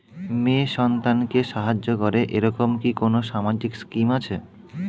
মেয়ে সন্তানকে সাহায্য করে এরকম কি কোনো সামাজিক স্কিম আছে?